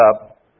up